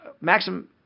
maximum